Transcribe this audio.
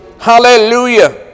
Hallelujah